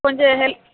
కొంచెం హెల్